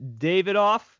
Davidoff